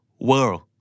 world